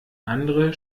andere